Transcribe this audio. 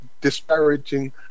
disparaging